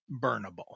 burnable